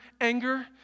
anger